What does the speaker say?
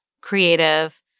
creative